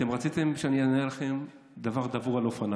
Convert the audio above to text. אתם רציתם שאני אענה לכם דבר דבור על אופניו.